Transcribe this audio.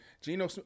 Geno